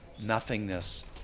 nothingness